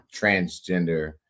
transgender